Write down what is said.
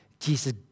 Jesus